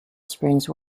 springs